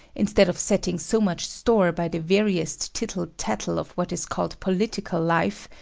instead of setting so much store by the veriest tittle-tattle of what is called political life,